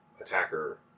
attacker